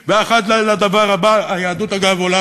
ואחד 10 מיליון לקברי צדיקים,